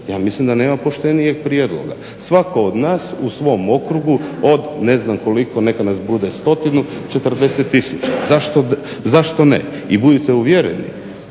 Ja mislim da nema poštenijeg prijedloga. Svatko od nas, u svom okrugu, od ne znam koliko, neka nas bude stotinu 40 tisuća. Zašto ne. I budite uvjereni